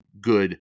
good